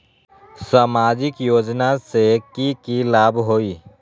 सामाजिक योजना से की की लाभ होई?